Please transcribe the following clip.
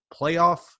playoff